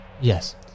Yes